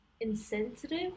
insensitive